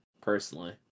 personally